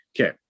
Okay